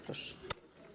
Proszę.